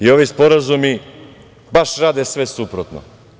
I ovi sporazumi baš rade sve suprotno.